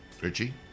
Richie